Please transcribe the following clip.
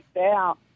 out